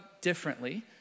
differently